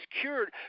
cured